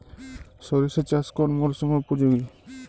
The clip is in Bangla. সরিষা চাষ কোন মরশুমে উপযোগী?